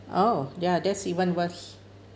oh ya that's even worse